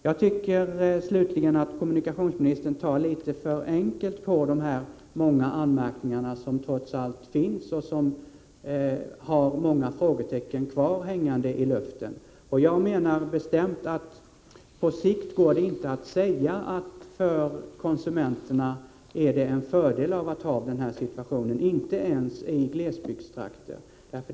Jag tycker slutligen att kommunikationsministern tar litet för enkelt på de många anmärkningar som trots allt har gjorts och som har lämnat många frågetecken hängande i luften. Jag menar bestämt att på sikt går det inte att säga att det för konsumenterna är en fördel att ha denna situation, inte ens i glesbygdstrakter.